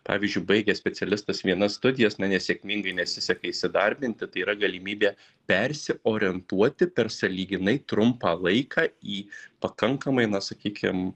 pavyzdžiui baigė specialistas vienas studijas na nesėkmingai nesiseka įsidarbinti tai yra galimybė persiorientuoti per sąlyginai trumpą laiką į pakankamai na sakykim